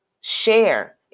share